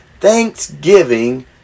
thanksgiving